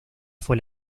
fue